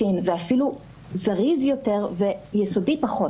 שהוא פיקוח קריטי וחשוב,